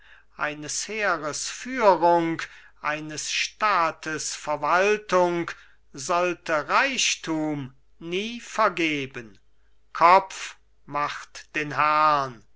eines heeres führung eines staates verwaltung sollte reichthum nie vergeben kopf macht den herrn